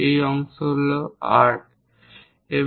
এই অংশ 8